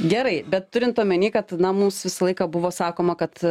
gerai bet turint omeny kad na mums visą laiką buvo sakoma kad